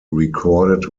recorded